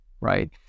right